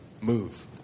move